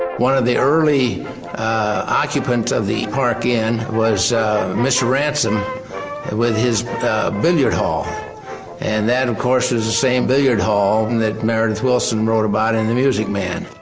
one of the early occupant of the park inn was mr. ransom with his billiard hall and that of course is the same billiard hall and that meredith willson wrote about in the music man.